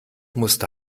musste